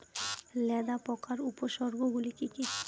লেদা পোকার উপসর্গগুলি কি কি?